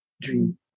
dream